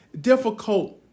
difficult